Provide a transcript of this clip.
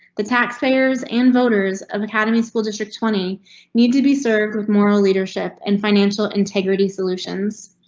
the taxpayers and voters of academy school district twenty need to be served with moral leadership and financial integrity solutions.